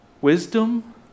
wisdom